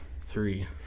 Three